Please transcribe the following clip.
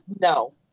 no